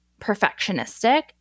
perfectionistic